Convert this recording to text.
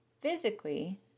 physically